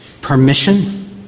permission